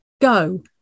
go